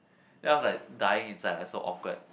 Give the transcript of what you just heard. then I was like dying inside like so awkward